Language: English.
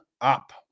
up